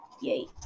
Yay